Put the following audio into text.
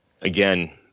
again